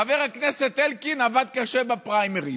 חבר הכנסת אלקין עבד קשה בפריימריז.